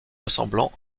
ressemblant